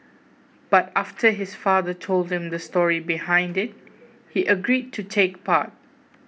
but after his father told him the story behind it he agreed to take part